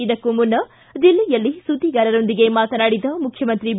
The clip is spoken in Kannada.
ಇದಕ್ಕೂ ಮುನ್ನ ದಿಲ್ಲಿಯಲ್ಲಿ ಸುದ್ದಿಗಾರರೊಂದಿಗೆ ಮಾತನಾಡಿದ ಮುಖ್ಯಮಂತ್ರಿ ಬಿ